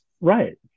Right